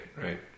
right